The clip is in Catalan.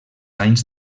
anys